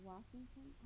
Washington